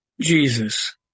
Jesus